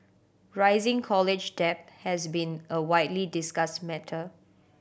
rising college debt has been a widely discussed matter